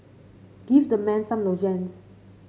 give the man some lozenges